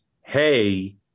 Hey